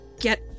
get